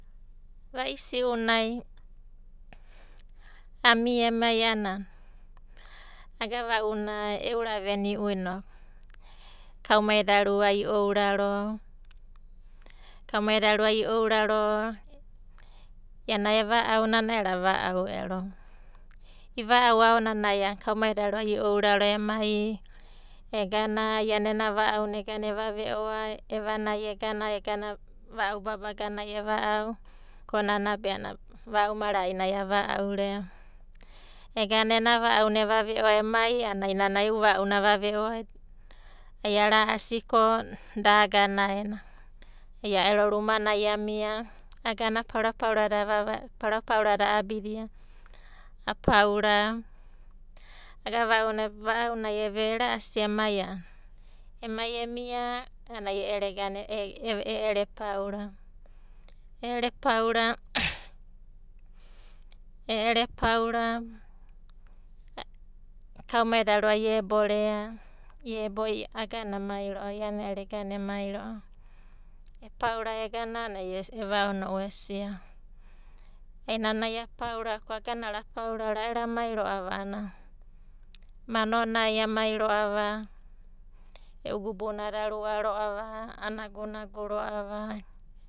Va'isi'unai amia emai a'ana agava'una euraveni'u inoku kaumaidarua i'ouraro, iana e va'au, nana ero ava'au ero. Iva'au aonanai a'ana kaumaida rua i'ouraro emai egana iana ena va'auna egana eva ve'o, evanai egana va'au babagana ko nana be a'ana va'au rea. Egana ena va'auna ai ava ve'o ko da agana aena. Ai a'ero rumanai amia, agana paura paurada a'abidia a paura agava'una va'auna eve'o era'asi emai a'ana, emai emia a'anai e'ero e paura. E'ero epaura, e'ero epaura kaumaida rua iebora. Agana amai ro'ava, iana ero egana emai ro'avi, epaura egana a'ana ero a'ana e vaono'u esia. Nana ai apaura ko agana ro'a a'ero amai ro'ava a'anana manonai amai ro'ava, e'u gubunada arua roa, va a nagunagi ro'ava.